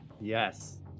yes